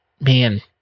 man